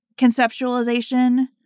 conceptualization